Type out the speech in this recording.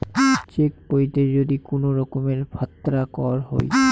check বইতে যদি কুনো রকমের ফাত্রা কর হই